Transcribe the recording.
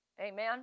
Amen